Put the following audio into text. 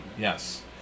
Yes